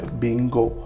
bingo